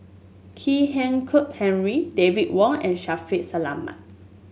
Kwek Hian Khuan Henry David Wong and Shaffiq Selamat